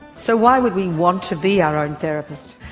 so why would we want to be our own therapist?